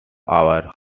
our